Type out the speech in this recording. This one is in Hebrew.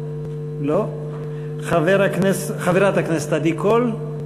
לא, חברת הכנסת עדי קול,